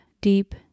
deep